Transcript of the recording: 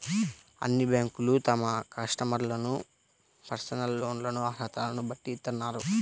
అన్ని బ్యేంకులూ తమ కస్టమర్లకు పర్సనల్ లోన్లను అర్హతలను బట్టి ఇత్తన్నాయి